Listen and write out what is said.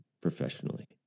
professionally